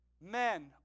Men